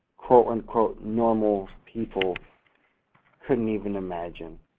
quote, unquote, normal people couldn't even imagine.